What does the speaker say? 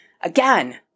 Again